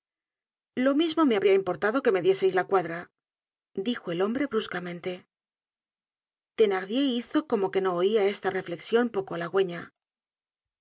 lo mismo me habría importado que me dieseis la cuadra dijo el hombre bruscamente thenardier hizo como que no oia esta reflexion poco halagüeña